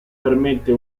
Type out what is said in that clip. permette